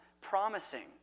promising